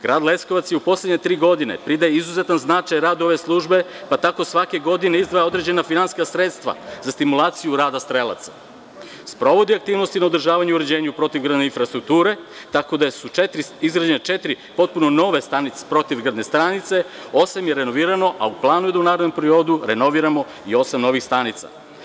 Grad Leskovac u poslednje tri godine pridaje izuzetan značaj radu ove službe, pa tako svake godine izdvaja određena finansijska sredstva za stimulaciju rada strelaca, sprovodi aktivnosti na održavanju i uređenju protivgradne infrastrukture, tako da su izgrađene četiri potpuno nove protivgradne stanice, osam je renovirano, a u planu je da u narednom periodu renoviramo i osam novih stanica.